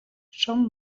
són